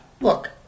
Look